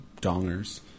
dongers